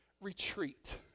Retreat